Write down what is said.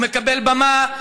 הוא מקבל במה,